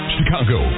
Chicago